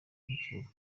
ibicuruzwa